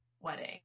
wedding